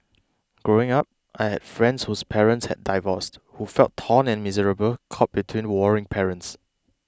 growing up I had friends whose parents had divorced who felt torn and miserable caught between warring parents